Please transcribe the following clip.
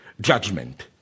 judgment